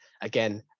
again